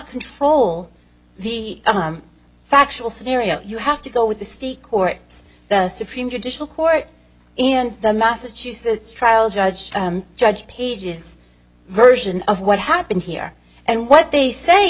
control the factual scenario you have to go with the state court the supreme judicial court in the massachusetts trial judge judge page's version of what happened here and what they say